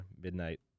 Midnight